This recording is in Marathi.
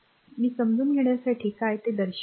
मी समजून घेण्यासाठी काय ते दर्शवितो